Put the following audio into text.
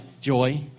Joy